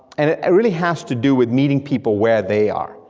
and it ah really has to do with meeting people where they are,